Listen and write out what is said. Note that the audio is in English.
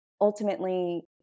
ultimately